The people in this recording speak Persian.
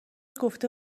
گفته